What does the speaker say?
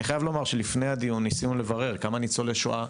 אני חייב לומר שלפני הדיון ניסינו לברר כמה ניצולי שואה,